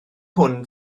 hwn